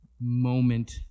moment